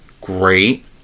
great